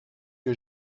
que